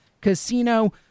Casino